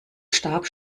starb